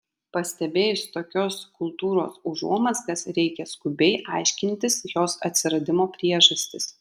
pastebėjus tokios kultūros užuomazgas reikia skubiai aiškintis jos atsiradimo priežastis